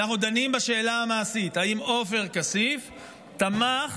אנחנו דנים בשאלה המעשית: האם עופר כסיף תמך,